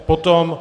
Potom?